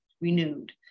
renewed